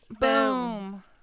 Boom